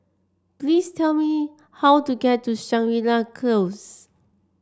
please tell me how to get to Shangri La Close